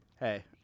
Hey